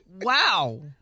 Wow